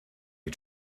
you